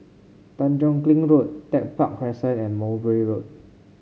Tanjong Kling Road Tech Park Crescent and Mowbray Road